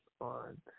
on